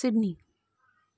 Sydney